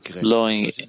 blowing